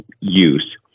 use